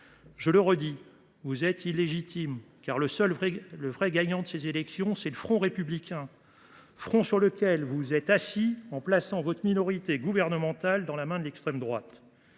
ministres, vous êtes illégitimes, car le seul véritable gagnant de ces élections, c’est le front républicain, sur lequel vous vous êtes assis en plaçant votre minorité gouvernementale dans la main de l’extrême droite.